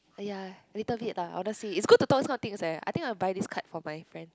!aiya! little bit lah honestly it's good to talk this kind of things eh I think I'll buy this card for my friend